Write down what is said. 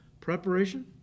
preparation